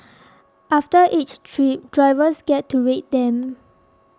after each trip drivers get to rate them